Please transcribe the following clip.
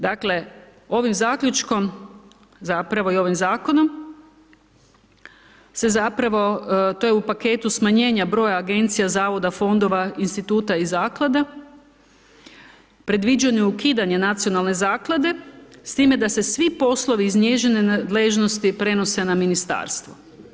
Dakle, ovim zaključkom zapravo i ovim zakonom se zapravo to je u paketu smanjenja broja agencija, zavoda, fondova, instituta i zaklada, predviđeno ukidanje nacionalne zaklade, s time da se svi poslovi iz njezine nadležnosti prenose na ministarstvo.